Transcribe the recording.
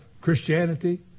Christianity